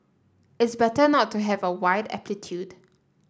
it's better not to have a wide amplitude